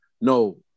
No